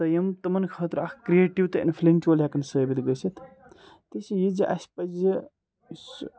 تہٕ یِم تِمَن خٲطرٕ اَکھ کِرٛییٹِو تہٕ اِنفٕلِنٛکچُوَل ہٮ۪کَن ثٲبِت گٔژھِتھ تہِ چھِ یہِ زِ اَسہِ پَزِ یُسہٕ